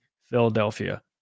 Philadelphia